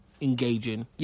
engaging